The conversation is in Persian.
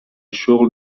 شغل